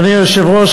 אדוני היושב-ראש,